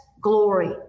glory